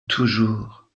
toujours